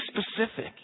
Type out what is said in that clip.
specific